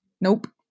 Nope